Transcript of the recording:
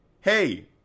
Hey